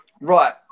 Right